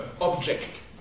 object